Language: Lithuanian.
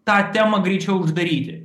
tą temą greičiau uždaryti